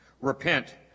repent